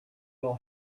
will